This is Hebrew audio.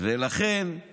זה נקרא חשבונית עולה.